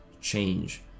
change